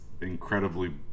incredibly